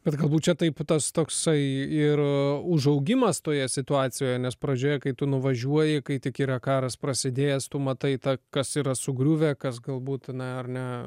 bet galbūt čia taip tas toksai ir užaugimas toje situacijoje nes pradžioje kai tu nuvažiuoji kai tik yra karas prasidėjęs tu matai tą kas yra sugriuvę kas galbūt na ar ne